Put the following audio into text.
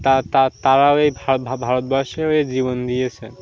তারাও এই ভারতবর্ষের হয়ে জীবন দিয়েছেন